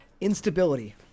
Instability